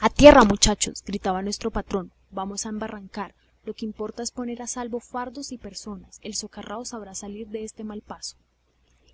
a tierra muchachos gritaba nuestro patrón vamos a embarrancar lo que importa es poner en salvo fardos y personas el socarrao ya sabrá salir de este mal paso